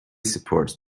supports